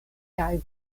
kaj